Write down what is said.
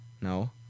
No